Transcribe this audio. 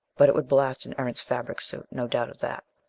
but it would blast an erentz fabric suit, no doubt of that.